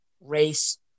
race